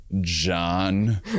John